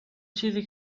چیزی